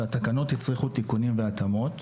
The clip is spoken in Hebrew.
והתקנות הצריכו תיקונים והתאמות.